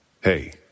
Hey